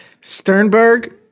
Sternberg